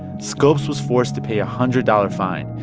scopes was forced to pay a hundred-dollar fine,